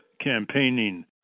campaigning